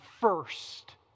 first